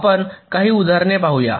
आपण काही उदाहरणे बघुया